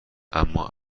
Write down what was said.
اما